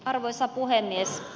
arvoisa puhemies